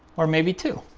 or maybe two